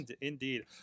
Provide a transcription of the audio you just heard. Indeed